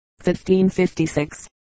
1556